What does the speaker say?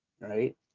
Right